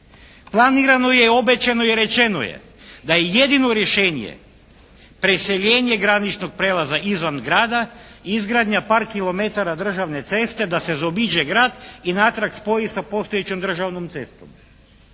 obećano je, rečeno je da je jedino rješenje preseljenje graničnog prijelaza izvan grada i izgradnja par kilometara državne ceste da se zaobiđe grad i natrag spoji sa postojećom državnom cestom.